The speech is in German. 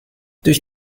durch